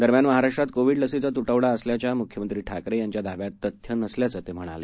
दरम्यान महाराष्ट्रात कोव्हीड लसीचा तुटवडा असल्याच्या मुख्यमंत्री ठाकरे यांच्या दाव्यात तथ्य नसल्याचं ते म्हणाले